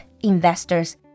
investors